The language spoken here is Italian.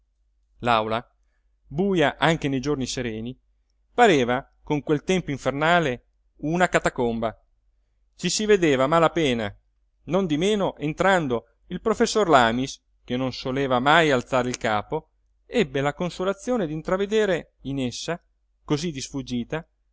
l'aula buja anche nei giorni sereni pareva con quel tempo infernale una catacomba ci si vedeva a mala pena non di meno entrando il professor lamis che non soleva mai alzare il capo ebbe la consolazione d'intravedere in essa cosí di sfuggita